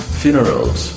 funerals